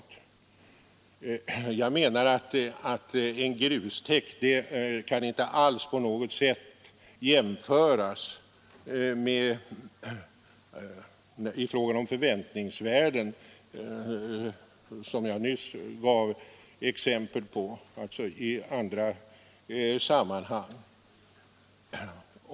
Jag menar att en grustäkt inte på något sätt kan jämföras med sådana fall av förväntningsvärden som jag nyss givit exempel på från andra sammanhang.